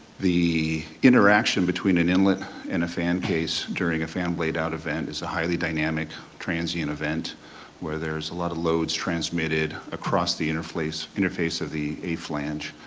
the interaction between an inlet and a fan case during a fan blade out event is a highly dynamic, transient event where there's a lot of loads transmitted across the interface interface of the a-flange.